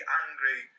angry